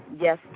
yes